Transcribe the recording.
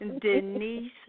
Denise